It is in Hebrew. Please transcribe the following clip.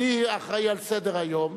אני אחראי לסדר-היום,